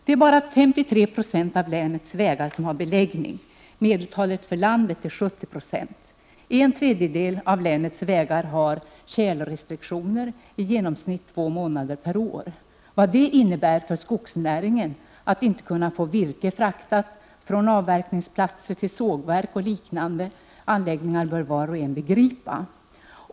Det är bara 53 20 av länets vägar som har beläggning. Medeltalet för landet är 70 96. En tredjedel av länets vägar har tjälrestriktioner under i genomsnitt två månader per år. Vad det innebär för skogsnäringen att inte kunna få virke fraktat från avverkningsplatser till sågverk och liknande anläggningar bör var och en begripa.